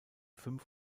fünf